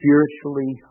Spiritually